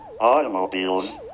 automobiles